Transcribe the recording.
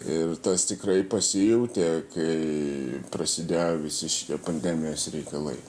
ir tas tikrai pasijautė kai prasidėjo visi šitie pandemijos reikalai